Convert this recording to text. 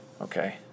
Okay